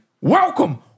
Welcome